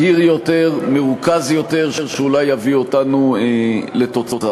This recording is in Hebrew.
מהיר יותר, מרוכז יותר, שאולי יביא אותנו לתוצאה.